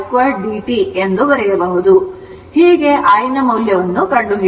ಹೀಗೆ I ನ ಮೌಲ್ಯವನ್ನು ಕಂಡುಹಿಡಿಯಬಹುದು